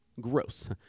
Gross